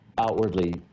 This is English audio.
outwardly